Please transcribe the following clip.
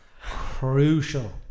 crucial